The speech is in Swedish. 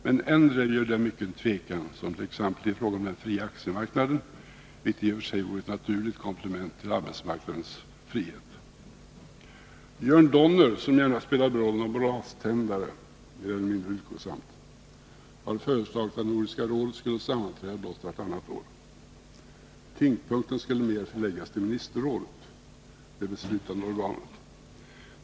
Men än dröjer där kvar mycken tvekan, t.ex. i fråga om den fria aktiemarknaden, något som i och för sig vore ett naturligt komplement till arbetsmarknadens frihet. Jörn Donner, som gärna spelar rollen av braständare — mer eller mindre lyckosamt — har föreslagit att Nordiska rådet skulle sammanträda blott vartannat år. Tyngdpunkten skulle mer förläggas till Ministerrådet — det beslutande organet.